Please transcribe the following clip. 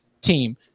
team